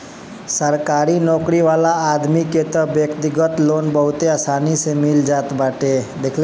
सरकारी नोकरी वाला आदमी के तअ व्यक्तिगत लोन बहुते आसानी से मिल जात बाटे